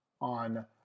on